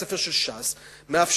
אני לא בטוח כמה בתי-הספר של ש"ס מאפשרים